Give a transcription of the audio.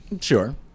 sure